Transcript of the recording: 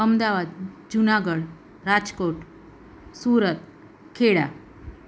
Ahmedabad Junagadh Rajkot Surat Kheda